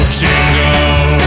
jingle